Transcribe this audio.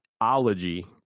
ology